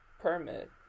permit